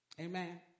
Amen